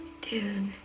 dude